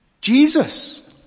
Jesus